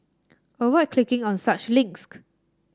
avoid clicking on such